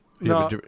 No